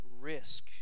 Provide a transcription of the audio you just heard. risk